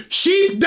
sheep